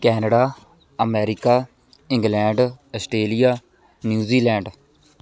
Canada America England Australia New Zealand